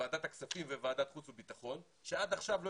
ועדת הכספים וועדת חוץ וביטחון שעד עכשיו לא